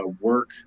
work